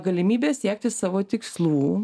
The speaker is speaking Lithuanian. galimybė siekti savo tikslų